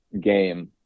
game